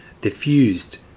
diffused